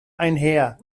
einher